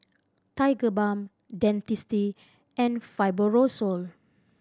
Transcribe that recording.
Tigerbalm Dentiste and Fibrosol